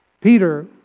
Peter